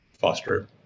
foster